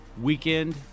weekend